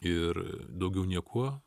ir daugiau niekuo